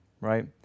right